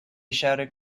shouted